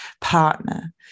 partner